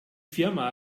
firma